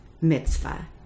mitzvah